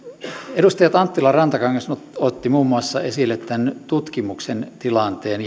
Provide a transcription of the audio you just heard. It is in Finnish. edustajat anttila ja rantakangas ottivat esille muun muassa tutkimuksen tilanteen